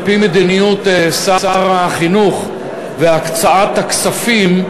על-פי מדיניות שר החינוך והקצאת הכספים,